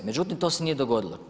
Međutim to se nije dogodilo.